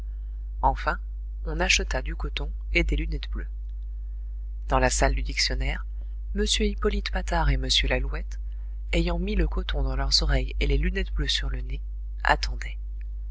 enfin on acheta du coton et des lunettes bleues dans la salle du dictionnaire m hippolyte patard et m lalouette ayant mis le coton dans leurs oreilles et les lunettes bleues sur le nez